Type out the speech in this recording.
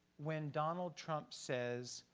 when donald trump says,